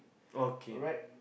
okay